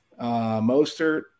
Mostert